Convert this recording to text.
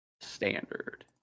Standard